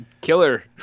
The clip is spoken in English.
killer